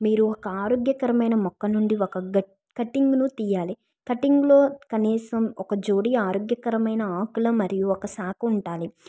మీరు ఒక ఆరోగ్యకరమైన మొక్క నుండి ఒక గట్ కటింగ్ ను తీయాలి కటింగ్ లో కనీసం ఒక జోడి ఆరోగ్యకరమైన ఆకుల మరియు ఒక శాఖ ఉండాలి